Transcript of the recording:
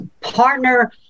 partner